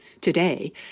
Today